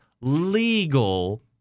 legal